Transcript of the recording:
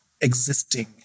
existing